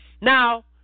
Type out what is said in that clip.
now